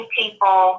people